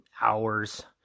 hours